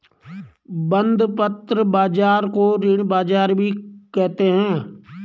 बंधपत्र बाज़ार को ऋण बाज़ार भी कहते हैं